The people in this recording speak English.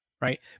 right